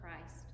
Christ